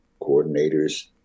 coordinators